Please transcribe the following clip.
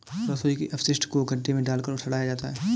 रसोई के अपशिष्ट को गड्ढे में डालकर सड़ाया जाता है